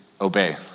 obey